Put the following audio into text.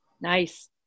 nice